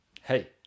Hey